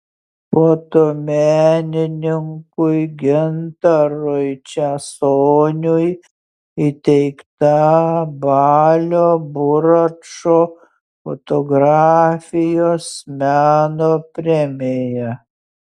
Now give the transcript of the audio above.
fotomenininkui gintarui česoniui įteikta balio buračo fotografijos meno premija